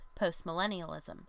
postmillennialism